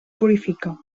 purifica